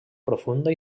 profunda